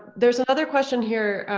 there's another question here,